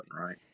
right